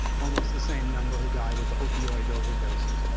almost the same number who died of opioid overdoses.